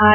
R